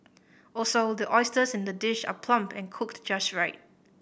also the oysters in the dish are plump and cooked just right